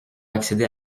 accéder